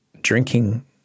drinking